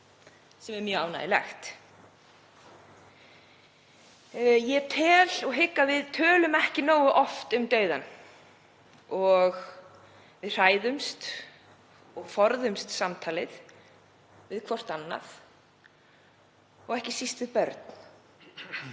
sem er mjög ánægjulegt. Ég tel að við tölum ekki nógu oft um dauðann. Við hræðumst og forðumst samtalið hvert við annað og ekki síst við börn